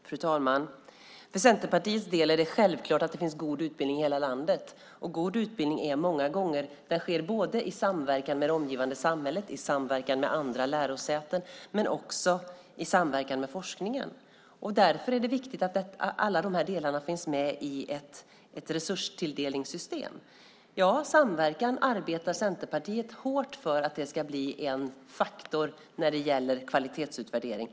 Fru talman! För Centerpartiet är det självkart att det finns god utbildning i hela landet. God utbildning sker många gånger i samverkan med det omgivande samhället, i samverkan med andra lärosäten och i samverkan med forskningen. Därför är det viktigt att alla delarna finns med i ett resurstilldelningssystem. Ja, Centerpartiet arbetar hårt för att samverkan ska bli en faktor när det gäller kvalitetsutvärdering.